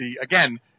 Again